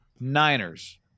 Niners